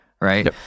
right